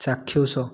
ଚାକ୍ଷୁଷ